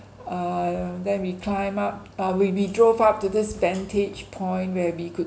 err then we climb up uh we we drove up to this vantage point where we could